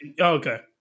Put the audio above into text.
okay